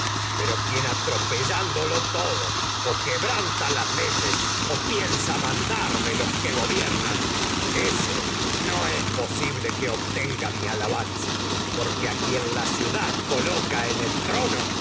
ciudad quien atropellándolo todo o que branta las leyes o piensa mandar de los que gobiernan ése no es posible que obtenga mi alabanza a porque a quien decer la en ciudad poloca en el trono